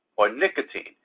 or nicotine.